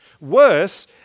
Worse